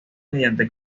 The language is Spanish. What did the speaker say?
mediante